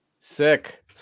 Sick